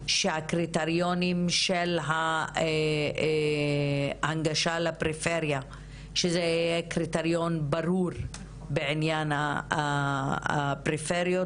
בעניין ההנגשה לפריפריה שיהיה קריטריון ברור בעניין הפריפריות